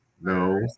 No